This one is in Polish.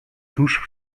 tuż